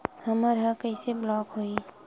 हमर ह कइसे ब्लॉक होही?